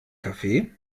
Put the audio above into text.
kaffee